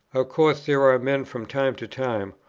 of course there are men from time to time,